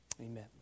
Amen